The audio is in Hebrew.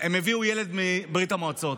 הם הביאו ילד מברית המועצות.